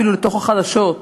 אפילו לתוך החדשות,